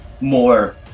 more